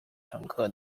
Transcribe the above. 乘客